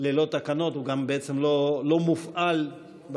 ללא תקנות, והוא גם בעצם לא מופעל בשטח.